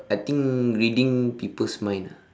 I think reading people's mind ah